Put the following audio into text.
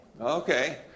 Okay